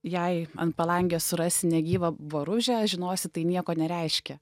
jei ant palangės surasi negyvą boružę žinosi tai nieko nereiškia